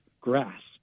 grasp